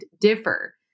differ